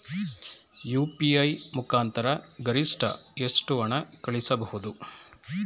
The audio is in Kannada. ಯು.ಪಿ.ಐ ಮುಖಾಂತರ ಗರಿಷ್ಠ ಎಷ್ಟು ಹಣ ಕಳಿಸಬಹುದು?